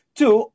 two